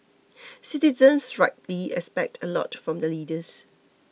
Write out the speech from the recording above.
citizens rightly expect a lot from their leaders